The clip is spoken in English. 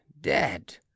dead